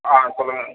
ஆ சொல்லுங்கள்